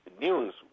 News